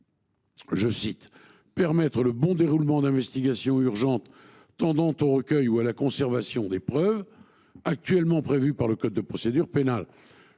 afin de « permettre le bon déroulement d’investigations urgentes tendant au recueil ou à la conservation des preuves » actuellement prévues par le code de procédure pénale,